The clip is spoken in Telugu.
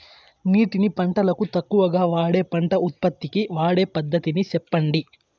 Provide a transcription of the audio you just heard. నీటిని పంటలకు తక్కువగా వాడే పంట ఉత్పత్తికి వాడే పద్ధతిని సెప్పండి?